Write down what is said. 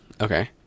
Okay